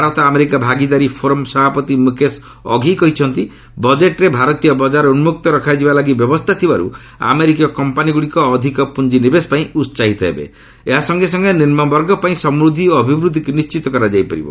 Bharat America ଭାଗିଦାରୀ forum ସଭାପତି ମୁକେଶ ଅଘି କହିଛନ୍ତି ବଜେଟ୍ରେ ଭାରତୀୟ ବଜାର ଉନ୍କକ୍ତ ରଖାଯିବା ଲାଗି ବ୍ୟବସ୍ଥା ଥିବାରୁ ଆମେରିକୀୟ କମ୍ପାନିଗୁଡ଼ିକ ଅଧିକ ପୁଞ୍ଜ ନିବେଶ ପାଇଁ ଉତ୍ସାହିତ ହେବା ସଙ୍ଗେସଙ୍ଗେ ନିମୁବର୍ଗ ପାଇଁ ସମୃଦ୍ଧି ଓ ଅଭିବୃଦ୍ଧିକୁ ନିଣ୍ଟିତ କରିବ